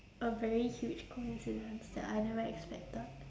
a very huge coincidence that I never expected